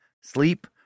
Sleep